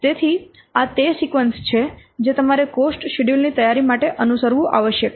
તેથી આ તે સિક્વન્સ છે જે તમારે કોસ્ટ શેડ્યૂલ ની તૈયારી માટે અનુસરવું આવશ્યક છે